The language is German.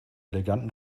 eleganten